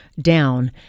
down